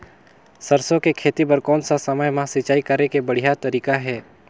सरसो के खेती बार कोन सा समय मां सिंचाई करे के बढ़िया तारीक हे?